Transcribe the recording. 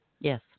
Yes